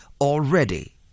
already